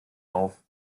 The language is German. auf